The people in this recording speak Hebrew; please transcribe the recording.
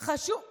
קראתי, קראתי.